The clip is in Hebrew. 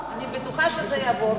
אני בטוחה שזה יעבור,